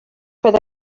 paid